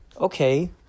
Okay